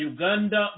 Uganda